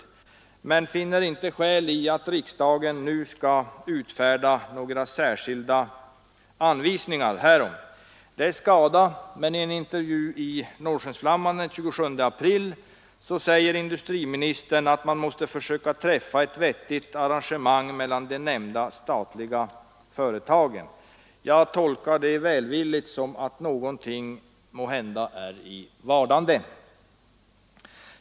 Men utskottet finner inte skäl i att riksdagen nu skall utfärda några särskilda anvisningar härom. Det är skada, men i en intervju i Norrskensflamman den 27 april säger industriministern att man måste försöka träffa ett vettigt arrangemang mellan de nämnda statliga företagen. Jag tolkar det välvilligt så att någonting måhända är i vardande.